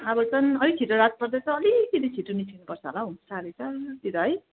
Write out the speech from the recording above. अब चाहिँ अलिक छिटो रात पर्दैछ अलिकति छिटो निस्किनुपर्छ होला हौ साढे चारतिर है